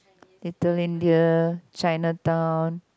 Little-India Chinatown